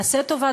עשה טובה,